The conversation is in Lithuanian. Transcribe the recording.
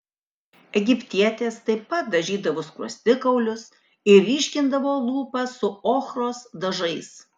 egiptietės taip pat dažydavo skruostikaulius ir ryškindavo lūpas su ochros dažais